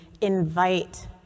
invite